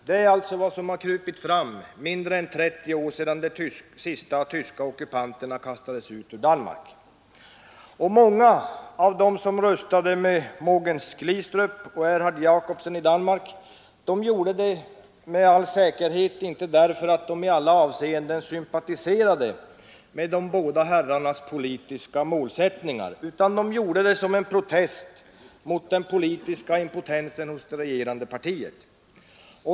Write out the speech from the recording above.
Det är vad som har krupit fram mindre än 30 år efter det att de sista tyska ockupanterna kastades ut ur Danmark! Och många av dem som röstade med Mogens Glistrup och Erhard Jacobsen i Danmark gjorde det med all säkerhet inte därför att de i alla avseenden sympatiserade med de båda herrarnas politiska målsättning, utan de gjorde det som en protest mot den politiska impotensen hos det regerande partiet.